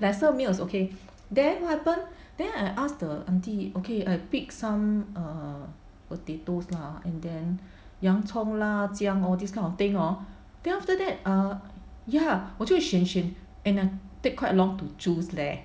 lesser meal is okay then what happen then I ask the aunty okay I pick some err potatoes lah and then 洋葱 lah 姜 all this kind of thing lor then after that err ya 我就选选 and I take quite long to choose leh